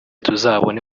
tuzabone